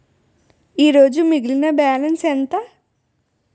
ఈరోజు మిగిలిన బ్యాలెన్స్ ఎంత?